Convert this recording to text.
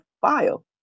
file